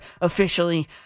officially